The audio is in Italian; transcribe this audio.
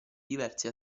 diversi